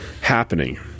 happening